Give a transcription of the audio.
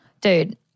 dude